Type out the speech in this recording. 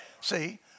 See